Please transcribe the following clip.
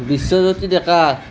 Biswajyoti Deka